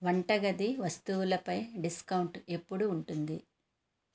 వంటగది వస్తువులపై డిస్కౌంట్ ఎప్పుడు ఉంటుంది